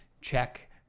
check